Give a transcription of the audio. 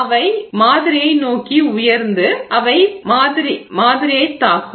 அவை பதக்கூறுவை மாதிரியை நோக்கி உயர்ந்து அவை பதக்கூறுவை மாதிரியைத் தாக்கும்